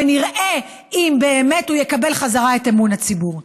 ונראה אם באמת הוא יקבל חזרה את אמון הציבור.